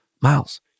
Miles